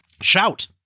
Shout